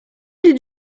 did